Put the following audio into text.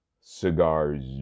Cigars